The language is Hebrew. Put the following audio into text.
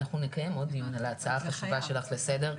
אנחנו נקיים עוד דיון על ההצעה החשובה שלך לסדר,